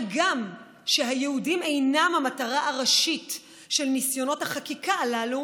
הגם שהיהודים אינם המטרה הראשית של ניסיונות החקיקה הללו,